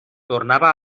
tornava